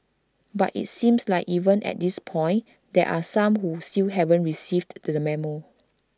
but IT seems like even at this point there are some who still haven't received the memo